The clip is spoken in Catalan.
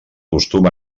costum